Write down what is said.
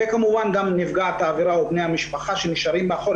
כמובן גם נפגעת העבירה או המשפחה שנשארים מאחור,